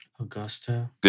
Augusta